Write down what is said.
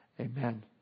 Amen